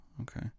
Okay